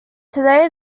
today